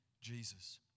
Jesus